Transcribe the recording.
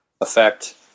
effect